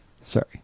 Sorry